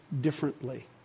differently